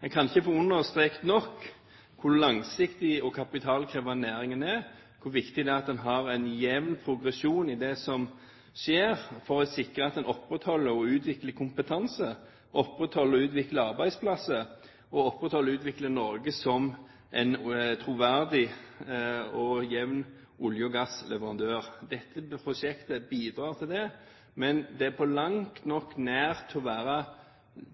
En kan ikke får understreket nok hvor langsiktig og kapitalkrevende næringen er, og hvor viktig det er at man har en jevn progresjon i det som skjer for å sikre at man opprettholder og utvikler kompetanse, opprettholder og utvikler arbeidsplasser og opprettholder og utvikler Norge som en troverdig og jevn olje- og gassleverandør. Dette prosjektet bidrar til det. Men det er på langt nær nok til å være